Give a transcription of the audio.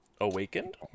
awakened